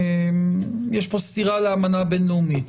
יש פה סתירה לאמנה הבינלאומית,